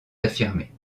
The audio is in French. d’affirmer